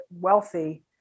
wealthy